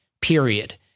period